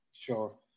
Sure